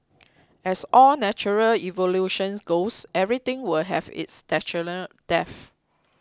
as all natural evolution goes everything will have its natural death